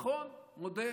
נכון, מודה.